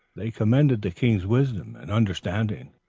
they commended the king's wisdom and understanding.